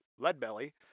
Leadbelly